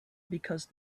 because